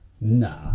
Nah